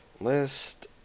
List